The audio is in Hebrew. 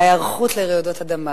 ההיערכות לרעידות אדמה.